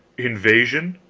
invasion?